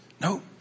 no